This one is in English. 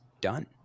done